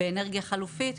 באנרגיה חלופית,